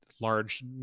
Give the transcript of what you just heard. large